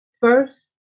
First